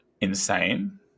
insane